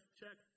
check